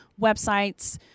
websites